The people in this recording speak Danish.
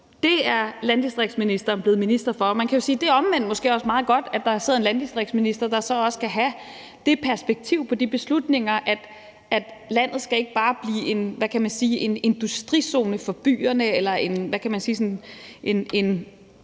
byer, er landdistriktsministeren blevet minister for. Man kan sige, at det omvendt måske også er meget godt, at der sidder en landdistriktsminister, der også kan have det perspektiv på de beslutninger, at landet ikke bare skal blive en, hvad kan man sige, industrizone for byerne eller en